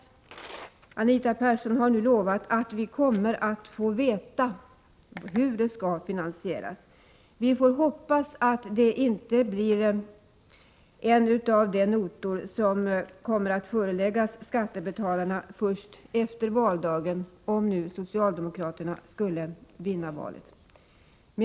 ; E Å jr Barnomsorgen, Anita Persson har nu lovat att vi kommer att få veta hur det skall finansieras. Hm Vi får hoppas att det inte blir en av de notor som kommer att föreläggas skattebetalarna först efter valdagen — om nu socialdemokraterna skulle vinna valet.